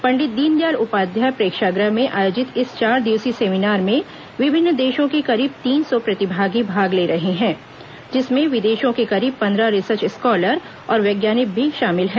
पंडित दीनदयाल उपाध्याय प्रेक्षागृह में आयोजित इस चार दिवसीय सेमिनार में विभिन्न देशों के करीब तीन सौ प्रतिभागी भाग ले रहे हैं जिसमें विदेशों के करीब पंद्रह रिसर्च स्कॉलर और वैज्ञानिक भी शामिल शामिल हैं